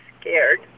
scared